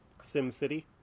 SimCity